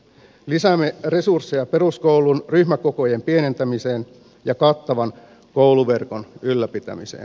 lisäämme resursseja peruskoulun ryhmäkokojen pienentämiseen ja kattavan kouluverkon ylläpitämiseen